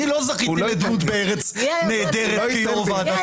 אני לא זכיתי לדמות בארץ נהדרת כיושב-ראש ועדת החוקה.